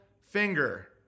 finger